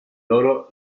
logro